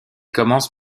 commence